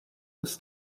this